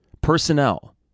Personnel